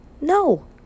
no